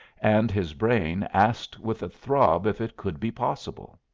and his brain asked with a throb if it could be possible.